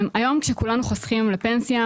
היום כשכולנו חוסכים לפנסיה,